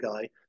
guy